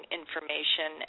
information